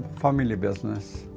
family business.